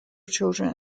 children